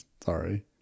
Sorry